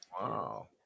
Wow